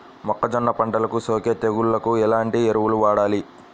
మొక్కజొన్న పంటలకు సోకే తెగుళ్లకు ఎలాంటి ఎరువులు వాడాలి?